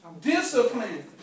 Discipline